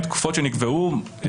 הם גופים שמקבלים את המידע מהמשטרה,